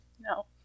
no